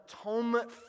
atonement